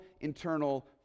internal